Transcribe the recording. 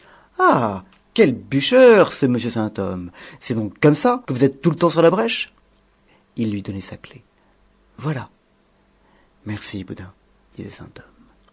ah quel bûcheur ce monsieur sainthomme c'est donc comme ça que vous êtes tout le temps sur la brèche il lui donnait sa clé voilà merci boudin disait sainthomme